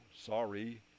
sorry